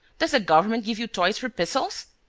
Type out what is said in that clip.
does the government give you toys for pistols?